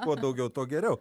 kuo daugiau tuo geriau